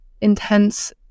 intense